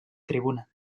tribuna